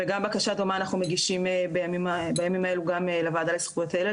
וגם בקשה דומה אנחנו מגישים גם לוועדה לזכויות הילד,